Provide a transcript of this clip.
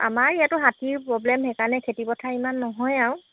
আমাৰ ইয়াতো হাতীৰ প্ৰব্লেম সেইকাৰণে খেতিপথাৰ ইমান নহয় আৰু